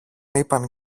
είπαν